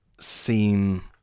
seem